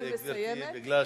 נתנו לך דקה נוספת, גברתי.